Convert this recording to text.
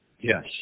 Yes